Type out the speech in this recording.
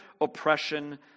oppression